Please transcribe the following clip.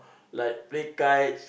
like play kites